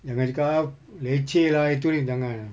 jangan engkau leceh lah itu ini jangan lah